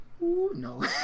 No